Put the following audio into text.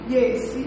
Yes